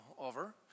over